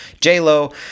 J-Lo